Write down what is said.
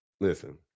listen